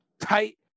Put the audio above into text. tight